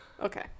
okay